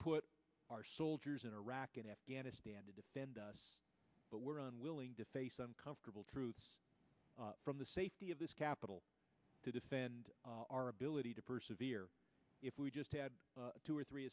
put our souls in iraq and afghanistan to defend us but we're unwilling to face uncomfortable truths from the safety of this capital to defend our ability to persevere if we just had two or three